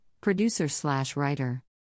producer-slash-writer